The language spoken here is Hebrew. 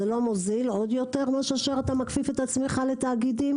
זה לא מוזיל עוד יותר מאשר אתה מכפיף את עצמך לתאגידים?